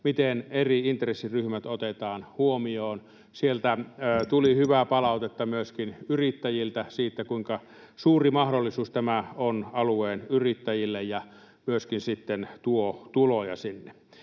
miten eri intressiryhmät otetaan huomioon. Sieltä tuli hyvää palautetta myöskin yrittäjiltä siitä, kuinka suuri mahdollisuus tämä on alueen yrittäjille ja myöskin sitten tuo tuloja sinne.